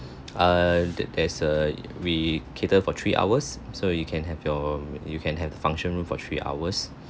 err there there's a we cater for three hours so you can have your you can have the function room for three hours